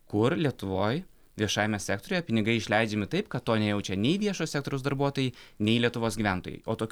kur lietuvoj viešajame sektoriuje pinigai išleidžiami taip kad to nejaučia nei viešojo sektoriaus darbuotojai nei lietuvos gyventojai o tokių